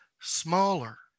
smaller